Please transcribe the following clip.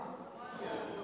רומניה.